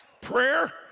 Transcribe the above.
prayer